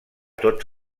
tots